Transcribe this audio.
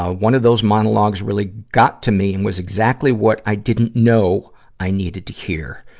ah one of those monologues really got to me and was exactly what i didn't know i needed to hear.